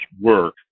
work